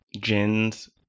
Jin's